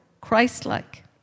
Christ-like